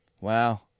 wow